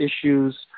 issues